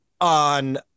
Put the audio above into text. on